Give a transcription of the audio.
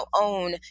own